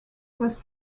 was